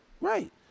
Right